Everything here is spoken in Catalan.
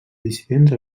dissidents